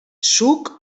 suc